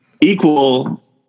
equal